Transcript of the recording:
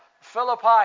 Philippi